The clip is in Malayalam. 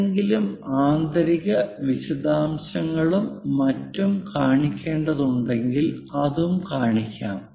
ഏതെങ്കിലും ആന്തരിക വിശദാംശങ്ങളും മറ്റും കാണിക്കേണ്ടതുണ്ടെങ്കിൽ അതും കാണിക്കാം